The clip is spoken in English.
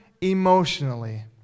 emotionally